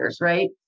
right